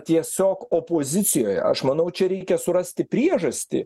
tiesiog opozicijoje aš manau čia reikia surasti priežastį